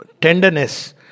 Tenderness